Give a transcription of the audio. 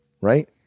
right